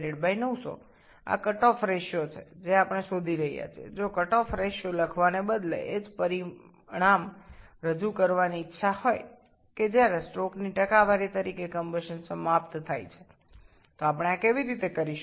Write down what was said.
যদি এটি কাঙ্ক্ষিত হয় যে কাট অফ অনুপাত লেখার পরিবর্তে একই ফলাফলকে উপস্থাপন করে যে যখন স্ট্রোকের শতাংশ হিসাবে দহন শেষ হয় তখন আমরা কীভাবে এটি করতে পারি